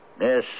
Yes